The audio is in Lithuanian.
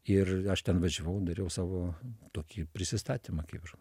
ir aš ten važiavau dariau savo tokį prisistatymą kaip ir